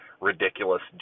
ridiculous